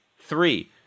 three